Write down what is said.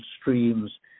streams